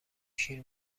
شیر